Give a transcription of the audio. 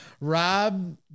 rob